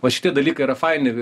va šitie dalykai yra faini